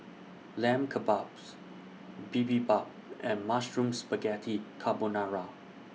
Lamb Kebabs Bibimbap and Mushroom Spaghetti Carbonara